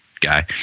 guy